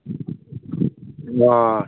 ꯑꯥ